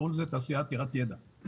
קראו לזה תעשייה עתירת ידע.